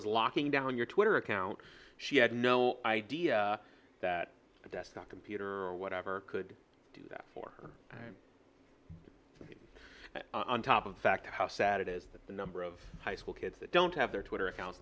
as locking down your twitter account she had no idea that a desktop computer or whatever could do that for her on top of the fact how sad it is that the number of high school kids that don't have their